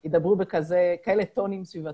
ישראל ייכנס לתוך הקרן לאזרחי ישראל.